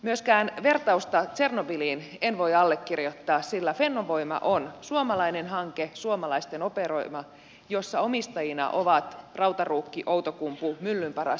myöskään vertausta tsernobyliin en voi allekirjoittaa sillä fennovoima on suomalainen hanke suomalaisten operoima jossa omistajina ovat rautaruukki outokumpu myllyn paras